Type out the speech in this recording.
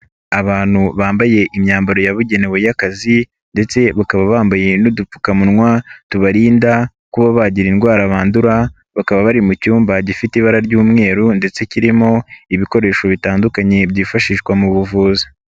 Abantu bambaye imyambaro yabugenewe y'akazi ndetse bakaba bambaye n'udupfukamunwa, tubarinda kuba bagira indwara bandura, bakaba bari mu cyumba gifite ibara ry'umweru ndetse kirimo ibikoresho bitandukanye byifashishwa mu buvuzi.